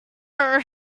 here